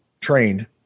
trained